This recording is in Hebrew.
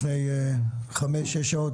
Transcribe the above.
לפני חמש או שש שעות,